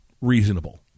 reasonable